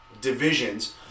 divisions